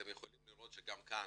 אתם יכולים לראות שגם כאן